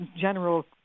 general